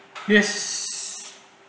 yes